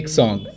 song